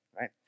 right